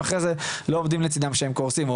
איך אם אחרי זה לא עומדים לצידם כשהם קורסים,